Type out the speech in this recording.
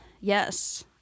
yes